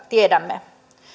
tiedämme